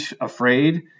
afraid